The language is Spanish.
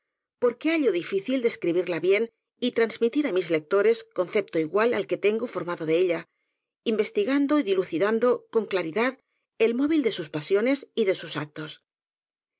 historia porque hallo difícil describirla bien y transmitir á mis lec tores concepto igual al que tengo formado de ella investigando y dilucidando con claridad el móvil de sus pasiones y de sus actos